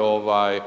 ovaj,